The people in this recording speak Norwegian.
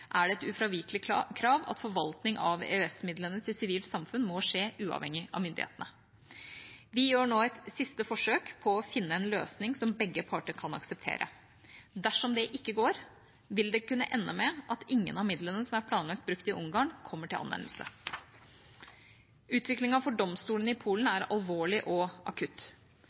er det et ufravikelig krav at forvaltning av EØS-midlene til sivilt samfunn må skje uavhengig av myndighetene. Vi gjør nå et siste forsøk på å finne en løsning som begge parter kan akseptere. Dersom det ikke går, vil det kunne ende med at ingen av midlene som er planlagt brukt i Ungarn, kommer til anvendelse. Utviklingen for domstolene i Polen er alvorlig og akutt.